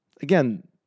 Again